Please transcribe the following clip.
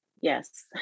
yes